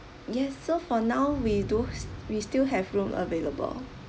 yes so for now we do we still have room available